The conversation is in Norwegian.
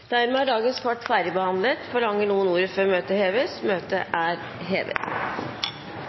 Dermed er dagens kart ferdigbehandlet. Forlanger noen ordet før møtet heves? – Møtet er hevet.